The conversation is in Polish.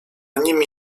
nimi